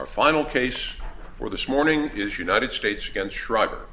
our final case for this morning is united states against shriver